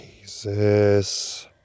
Jesus